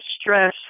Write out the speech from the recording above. stress